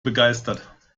begeistert